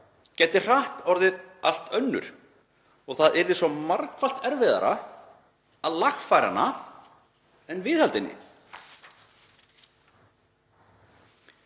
gæti hratt orðið allt önnur. Það yrði svo margfalt erfiðara að lagfæra hana en að viðhalda henni.